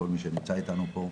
כל מי שנמצא איתנו פה.